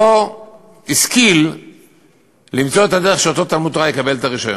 לא השכיל למצוא את הדרך שאותו תלמוד-תורה יקבל את הרישיון,